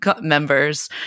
members